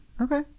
Okay